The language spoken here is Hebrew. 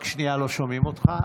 רק שנייה, לא שומעים אותך.